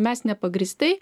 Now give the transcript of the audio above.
mes nepagrįstai